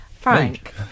Frank